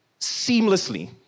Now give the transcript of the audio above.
seamlessly